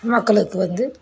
மக்களுக்கு வந்து